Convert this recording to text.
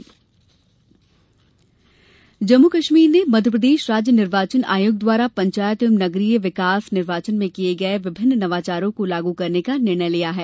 चुनाव नवाचार जम्मू कश्मीर ने मध्यप्रदेश राज्य निर्वाचन आयोग द्वारा पंचायत एवं नगरीय विकास निर्वाचन में किये गए विभिन्न नवाचारों को लाग करने का निर्णय लिया है